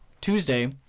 Tuesday